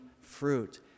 fruit